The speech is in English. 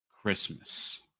Christmas